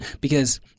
because-